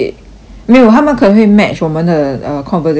没有他们可能会 match 我们的 uh conversation timing